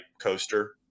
coaster